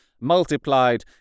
multiplied